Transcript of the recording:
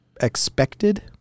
expected